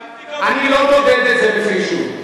אבל אני לא מודד את זה לפי יישובים.